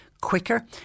quicker